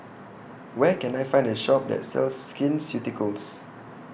Where Can I Find A Shop that sells Skin Ceuticals